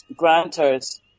grantors